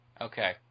Okay